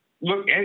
Look